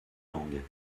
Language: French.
langues